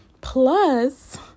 Plus